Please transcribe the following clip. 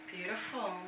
Beautiful